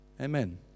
amen